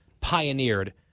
pioneered